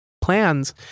plans